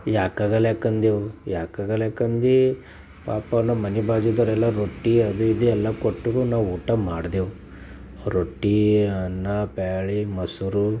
ಯಾಕಾಗೊಲ್ಲ ಯಾಕೆ ಅಂದೇವು ಯಾಕಾಗಲ್ಲ ಯಾಕಂದು ಪಾಪ ನಮ್ಮ ಮನಿ ಬಾಜುದೊರೆಲ್ಲ ರೊಟ್ಟಿ ಅದು ಇದು ಎಲ್ಲ ಕೊಟ್ಟರು ನಾವು ಊಟ ಮಾಡಿದೆವು ರೊಟ್ಟಿ ಅನ್ನ ಬೇಳೆ ಮೊಸರು